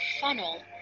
funnel